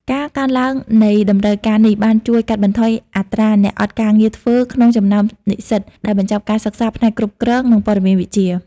ការកើនឡើងនៃតម្រូវការនេះបានជួយកាត់បន្ថយអត្រាអ្នកអត់ការងារធ្វើក្នុងចំណោមនិស្សិតដែលបញ្ចប់ការសិក្សាផ្នែកគ្រប់គ្រង និងព័ត៌មានវិទ្យា។